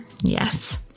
yes